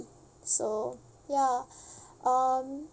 so ya um